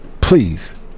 Please